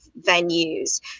venues